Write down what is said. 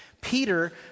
Peter